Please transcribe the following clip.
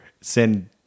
send